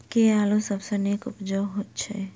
केँ आलु सबसँ नीक उबजय छै?